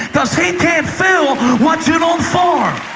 because he can't fill what you don't form.